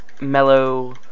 mellow